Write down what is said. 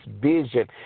vision